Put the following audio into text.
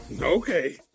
Okay